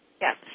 Yes